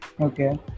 okay